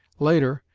later,